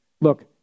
Look